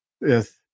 Yes